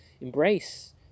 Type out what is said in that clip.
embrace